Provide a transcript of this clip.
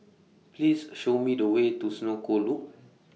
Please Show Me The Way to Senoko Loop